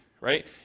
right